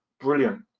Brilliant